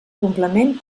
complement